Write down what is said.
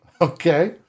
Okay